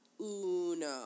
Uno